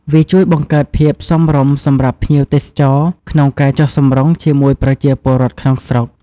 វាជួយបង្កើតភាពសមរម្យសម្រាប់ភ្ញៀវទេសចរ ក្នុងការចុះសម្រុងជាមួយប្រជាពលរដ្ឋក្នុងស្រុក។